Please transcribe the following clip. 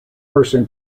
person